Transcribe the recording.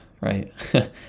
right